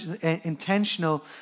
intentional